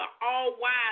all-wise